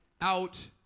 out